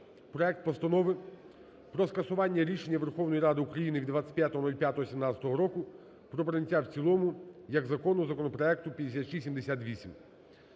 проект Постанови про скасування рішення Верховної Ради України від 25.05.2017 року про прийняття в цілому як закону законопроекту 5678.